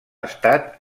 estat